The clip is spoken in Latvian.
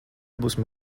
būsim